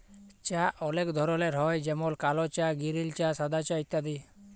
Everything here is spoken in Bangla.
চাঁ অলেক ধরলের হ্যয় যেমল কাল চাঁ গিরিল চাঁ সাদা চাঁ ইত্যাদি